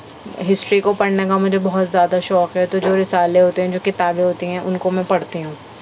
history کو پڑھنے کا مجھے بہت زیادہ شوق ہے تو جو رسالے ہوتے ہیں جو کتابیں ہوتی ہیں ان کو میں پڑھتی ہوں